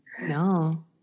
no